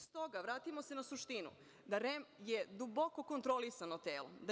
S toga, vratimo se na suštinu, REM je duboko kontrolisano telo.